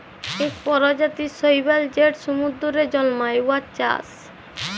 ইক পরজাতির শৈবাল যেট সমুদ্দুরে জল্মায়, উয়ার চাষ